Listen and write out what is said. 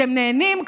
אתם נהנים,